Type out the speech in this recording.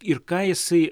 ir ką jisai